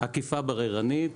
אכיפה בררנית,